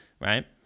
right